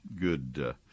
good